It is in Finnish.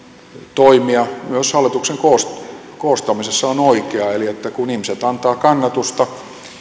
toimia myös hallituksen koostamisessa on oikea eli kun ihmiset antavat kannatusta